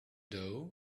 doe